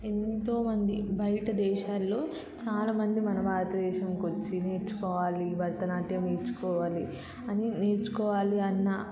ఎంతోమంది బయట దేశాల్లో చాలామంది మన భారతదేశంకి వచ్చి నేర్చుకోవాలి భరతనాట్యం నేర్చుకోవాలి అని నేర్చుకోవాలి అన్న